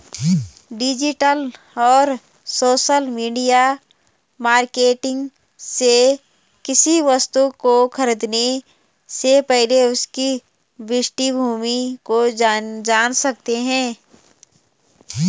digital और social media marketing से किसी वस्तु को खरीदने से पूर्व उसकी पृष्ठभूमि को जान सकते है